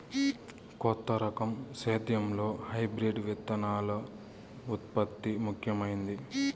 కొత్త రకం సేద్యంలో హైబ్రిడ్ విత్తనాల ఉత్పత్తి ముఖమైంది